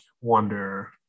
wonder